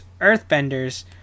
earthbenders